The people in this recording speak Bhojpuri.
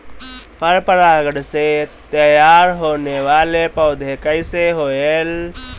पर परागण से तेयार होने वले पौधे कइसे होएल?